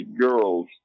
girls